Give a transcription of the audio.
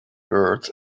birds